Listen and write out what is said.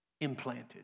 implanted